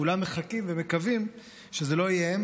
כולם מחכים ומקווים שלא הם,